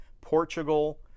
Portugal